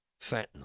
Fentanyl